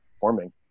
forming